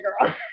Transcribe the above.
girl